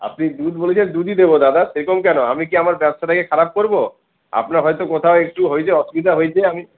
আপনি দুধ বোঝেন দুধই দেব দাদা সেরকম কেনো আমি কি আমার ব্যবসাটাকে খারাপ করবো আপনার হয়তো কোথাও একটু হয়েছে অসুবিধা হয়েছে আমি